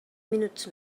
minuts